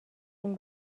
این